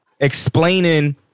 explaining